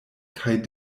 kaj